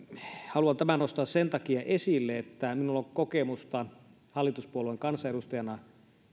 haluan nostaa tämän esille sen takia että minulla on kokemusta hallituspuolueen kansanedustajana